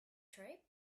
trip